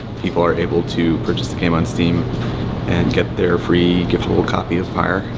people are able to purchase the game on steam and get their free giftable copy of pyre,